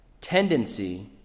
tendency